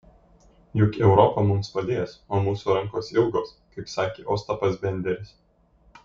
juk europa mums padės o mūsų rankos ilgos kaip sakė ostapas benderis